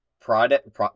product